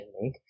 make